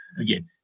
Again